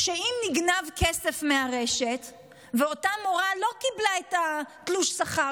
שאם נגנב כסף מהרשת ואותה מורה לא קיבלה את תלוש השכר